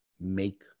make